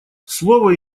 слово